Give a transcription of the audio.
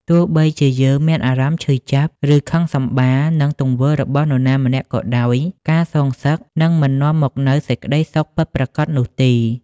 ទោះបីជាយើងមានអារម្មណ៍ឈឺចាប់ ឬខឹងសម្បារនឹងទង្វើរបស់នរណាម្នាក់ក៏ដោយ ការសងសឹកនឹងមិននាំមកនូវសេចក្តីសុខពិតប្រាកដនោះទេ។